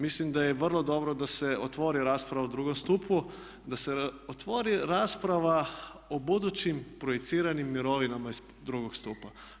Mislim da je vrlo dobro da se otvori rasprava o drugom stupu, da se otvori rasprava o budućim projiciranim mirovinama iz drugog stupa.